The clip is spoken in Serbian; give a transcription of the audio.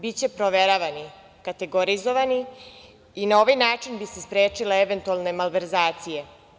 Biće proveravani, kategorizovani i na ovaj način bi se sprečile eventualne malverzacije.